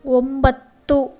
ಒಂಬತ್ತು